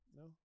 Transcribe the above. no